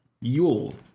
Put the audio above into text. Yule